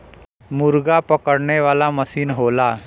मुरगा पकड़े वाला मसीन होला